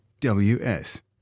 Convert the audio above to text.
WS